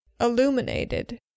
illuminated